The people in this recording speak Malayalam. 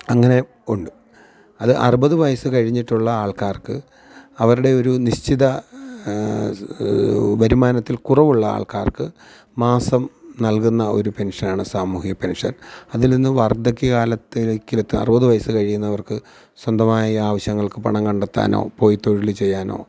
അങ്ങനെ ഉണ്ട് അത് അറുപത് വയസ്സ് കഴിഞ്ഞിട്ടുള്ള ആള്ക്കാര്ക്ക് അവരുടെ ഒരു നിശ്ചിത വരുമാനത്തില് കുറവുള്ള ആള്ക്കാര്ക്ക് മാസം നല്കുന്ന ഒരു പെന്ഷനാണ് സാമൂഹിക പെന്ഷന് അതില്നിന്നും വാര്ദ്ധക്യകാലത്തിലേക്ക് എത്താൻ അറുപത് വയസ്സ് കഴിയുന്നവര്ക്ക് സ്വന്തമായി ആവിശ്യങ്ങള്ക്ക് പണം കണ്ടെത്താനോ പോയി തൊഴിൽ ചെയ്യാനോ